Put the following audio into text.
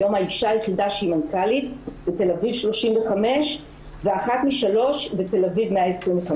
היום האישה היחידה שהיא מנכ"לית בתל אביב 35 ואחת משלוש בתל אביב 135,